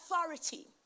authority